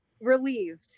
Relieved